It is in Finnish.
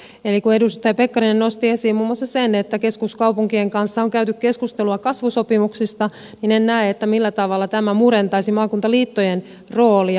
niin kuin edustaja pekkarinen nosti esiin muun muassa sen että keskuskaupunkien kanssa on käyty keskustelua kasvusopimuksista niin en näe millä tavalla tämä murentaisi maakuntaliittojen roolia